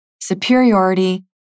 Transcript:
superiority